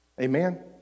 Amen